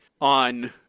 on